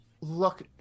look